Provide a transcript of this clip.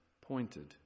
pointed